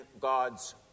God's